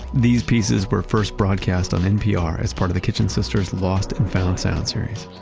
these pieces were first broadcast on npr as part of the kitchen sisters' lost and found sound series.